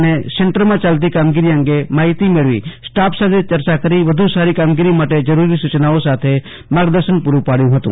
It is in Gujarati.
અને સેન્ટરમાં યાલતી કામગીરી અંગે માહિતી મેળવી સ્ટાફ સાથે યર્ચા કરી વધુ સારી કામગીરી માટે જરૂરી સુચના આપનીને માર્ગદર્શન પુરૂ પાડ્યુ હતું